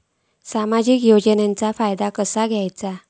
सामाजिक योजनांचो फायदो कसो घेवचो?